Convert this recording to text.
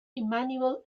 immanuel